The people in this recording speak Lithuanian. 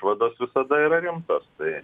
išvados visada yra rimtos tai